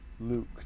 Luke